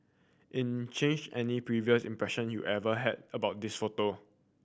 in change any previous impression you ever had about this photo